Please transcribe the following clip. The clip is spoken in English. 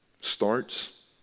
starts